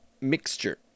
mixture